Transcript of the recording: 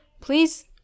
please